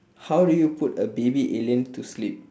how do you put a baby alien to sleep